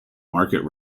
market